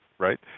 Right